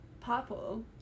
Purple